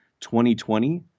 2020